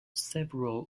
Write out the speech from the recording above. several